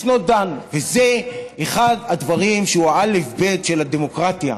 זה אחד הדברים שהוא האלף-בית של הדמוקרטיה.